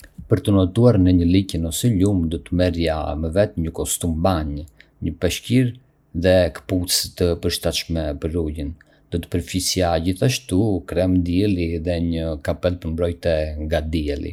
Për të notuar në një liqen ose lum, do të merrja me vete një kostum banje, një peshqir dhe këpucë të përshtatshme për ujin. Do të përfshija gjithashtu krem dielli dhe një kapele për mbrojtje nga dielli.